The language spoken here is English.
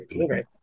Okay